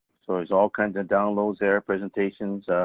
so there's all kinds of downloads there, presentations,